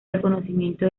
reconocimiento